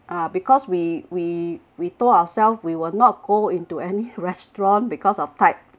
uh because we we we told ourselves we will not go into any restaurant because of tight